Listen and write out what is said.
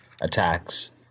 attacks